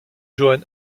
johann